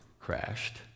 crashed